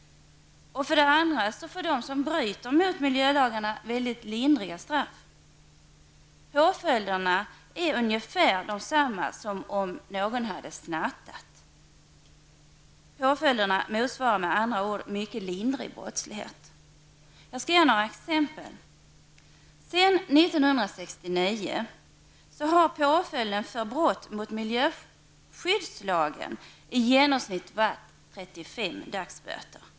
För det andra får de som bryter mot miljölagarna väldigt lindriga straff. Påföljderna är ungefär desamma som om någon hade snattat. Påföljderna motsvarar med andra ord straff för mycket lindrig brottslighet. Jag skall ge några exempel. Sedan 1969 har påföljden för brott mot miljöskyddslagen i genomsnitt varit 35 dagsböter.